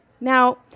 now